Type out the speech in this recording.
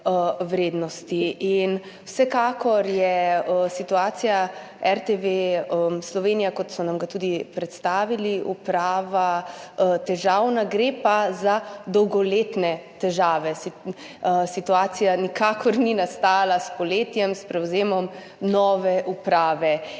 Vsekakor je situacija RTV Slovenija, kot so nam jo tudi predstavili v upravi, težavna, gre pa za dolgoletne težave. Situacija nikakor ni nastala s poletjem, s prevzemom nove uprave.